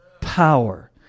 power